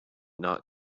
not